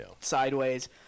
sideways